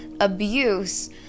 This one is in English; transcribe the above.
abuse